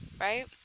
Right